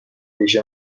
ریش